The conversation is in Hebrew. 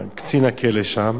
קצין הכלא שם.